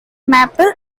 maple